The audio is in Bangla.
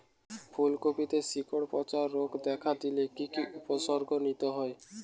ফুলকপিতে শিকড় পচা রোগ দেখা দিলে কি কি উপসর্গ নিতে হয়?